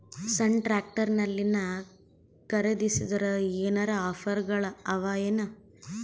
ಸಣ್ಣ ಟ್ರ್ಯಾಕ್ಟರ್ನಲ್ಲಿನ ಖರದಿಸಿದರ ಏನರ ಆಫರ್ ಗಳು ಅವಾಯೇನು?